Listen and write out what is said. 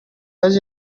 does